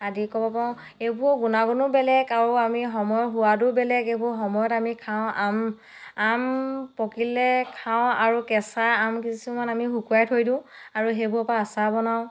আদি ক'ব পাৰোঁ এইবোৰৰ গুণাগুণো বেলেগ আৰু আমি সময়ৰ সোৱাদো বেলেগ এইবোৰ সময়ত আমি খাওঁ আম আম পকিলে খাওঁ আৰু কেঁচা আম কিছুমান আমি শুকুৱাই থৈ দিওঁ আৰু সেইবোৰৰ পৰা আচাৰ বনাওঁ